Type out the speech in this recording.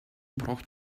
braucht